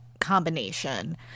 combination